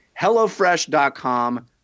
HelloFresh.com